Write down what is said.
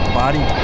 body